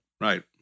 Right